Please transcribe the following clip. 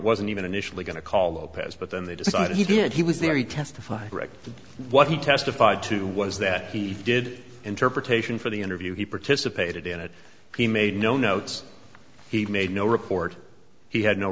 wasn't even initially going to call lopez but then they decided he did he was there he testified to what he testified to was that he did interpretation for the interview he participated in it he made no notes he made no record he had no